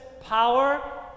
power